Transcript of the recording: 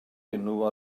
enw